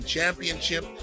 Championship